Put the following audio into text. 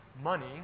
money